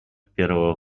первого